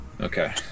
Okay